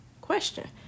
question